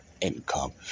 income